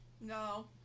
No